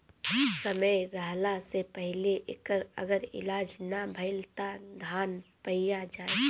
समय रहला से पहिले एकर अगर इलाज ना भईल त धान पइया जाई